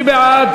מי בעד?